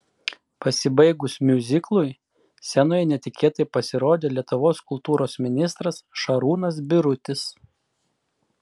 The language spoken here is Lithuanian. pasibaigus miuziklui scenoje netikėtai pasirodė lietuvos kultūros ministras šarūnas birutis